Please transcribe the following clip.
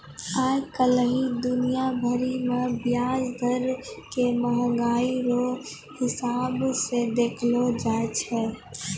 आइ काल्हि दुनिया भरि मे ब्याज दर के मंहगाइ रो हिसाब से देखलो जाय छै